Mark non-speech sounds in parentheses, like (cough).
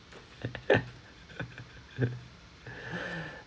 (laughs)